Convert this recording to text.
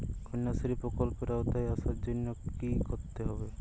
কন্যাশ্রী প্রকল্পের আওতায় আসার জন্য কী করতে হবে?